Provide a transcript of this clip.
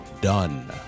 done